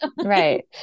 Right